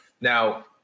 Now